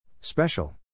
Special